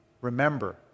Remember